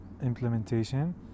implementation